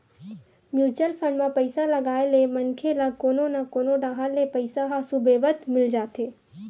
mutual fund म पइसा लगाए ले मनखे ल कोनो न कोनो डाहर ले पइसा ह सुबेवत मिल जाथे